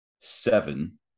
seven